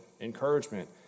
encouragement